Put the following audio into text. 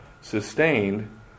sustained